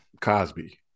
Cosby